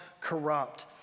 corrupt